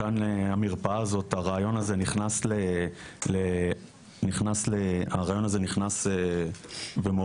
כאן הרעיון הזה של המרפאה בקהילה מאוד נכנס ותקף.